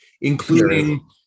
including